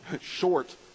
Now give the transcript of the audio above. short